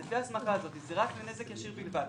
לפי ההסמכה הזאת, זה לנזק ישיר בלבד.